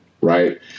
right